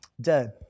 dead